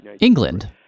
England